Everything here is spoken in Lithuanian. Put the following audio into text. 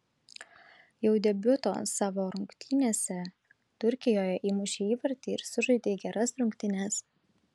jau debiuto savo rungtynėse turkijoje įmušei įvartį ir sužaidei geras rungtynes